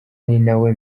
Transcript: ninawe